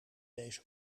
deze